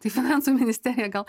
tai finansų ministerija gal